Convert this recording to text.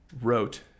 wrote